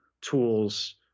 tools